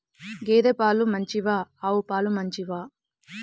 గేద పాలు మంచివా ఆవు పాలు మంచివా?